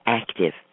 active